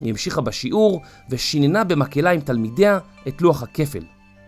היא המשיכה בשיעור ושיננה במקהלה עם תלמידיה את לוח הכפל.